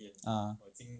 ah